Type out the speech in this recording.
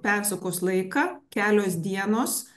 persukus laiką kelios dienos